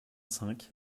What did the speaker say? cinq